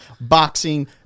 boxing